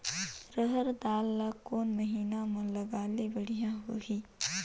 रहर दाल ला कोन महीना म लगाले बढ़िया होही?